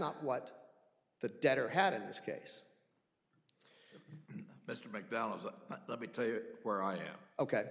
not what the debtor had in this case mr mcdonald's let me tell you where i am ok